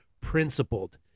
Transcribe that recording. principled